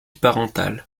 parental